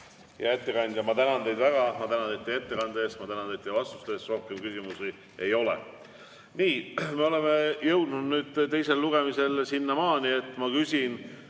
Hea ettekandja, ma tänan teid väga. Ma tänan teid teie ettekande eest, ma tänan teid teie vastuste eest. Rohkem küsimusi ei ole. Nii. Me oleme jõudnud teisel lugemisel sinnamaani, et ma küsin,